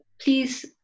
please